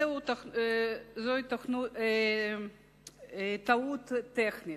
זו טעות טכנית.